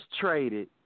traded